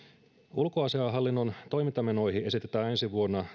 ulkoasiainhallinnon toimintamenoihin esitetään ensi vuonna